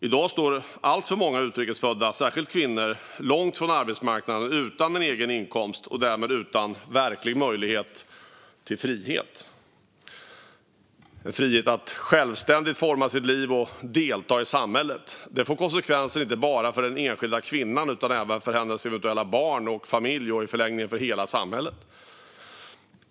I dag står alltför många utrikes födda, särskilt kvinnor, långt från arbetsmarknaden, utan en egen inkomst och därmed utan verklig möjlighet till frihet - frihet att självständigt forma sitt liv och delta i samhället. Det får konsekvenser inte bara för den enskilda kvinnan utan även för hennes eventuella barn och familj och i förlängningen för hela samhället.